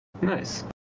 Nice